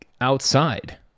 outside